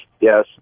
yes